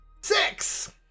Six